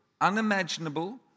unimaginable